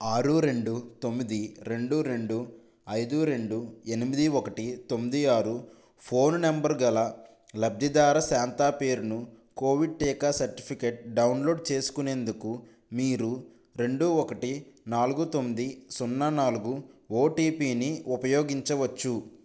ఆరు రెండు తొమ్మిది రెండు రెండు ఐదు రెండు ఎనిమిది ఒకటి తొమ్మిది ఆరు ఫోన్ నంబరు గల లబ్ధిదారు శాంతా పేరున కోవిడ్ టీకా సర్టిఫికేట్ డౌన్లోడ్ చేసుకునేందుకు మీరు రెండు ఒకటి నాలుగు తొమ్మిది సున్నా నాలుగు ఓటీపీని ఉపయోగించవచ్చు